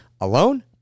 alone